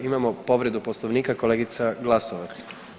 Imamo povredu Poslovnika, kolegica Glasovac.